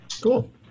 Cool